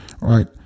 right